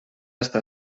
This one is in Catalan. està